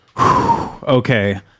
Okay